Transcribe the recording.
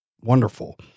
wonderful